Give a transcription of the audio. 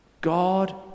God